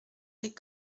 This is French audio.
des